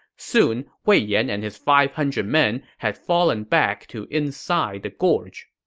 soon, wei yan and his five hundred men had fallen back to inside the gorge.